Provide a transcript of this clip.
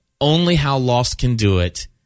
only-how-lost-can-do-it